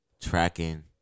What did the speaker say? tracking